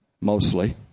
mostly